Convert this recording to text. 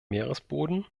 meeresboden